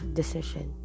decision